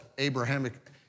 Abrahamic